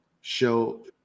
show